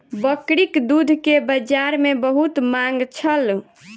बकरीक दूध के बजार में बहुत मांग छल